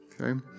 okay